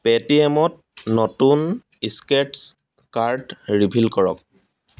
পে'টিএমত নতুন scratch card reveal কৰক